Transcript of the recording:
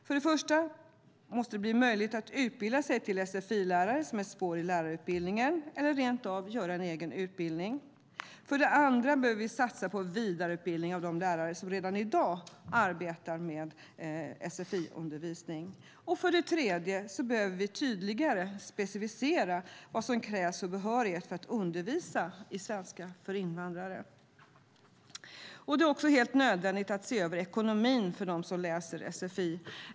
För det första måste det bli möjligt att utbilda sig till sfi-lärare som ett spår i lärarutbildningen eller rentav på en egen utbildning. För det andra behöver vi satsa på vidareutbildning av de lärare som redan i dag arbetar med sfi-undervisning. För det tredje behöver vi tydligare specificera vilken behörighet som krävs för att undervisa i svenska för invandrare. Det är också helt nödvändigt att se över ekonomin för dem som läser sfi.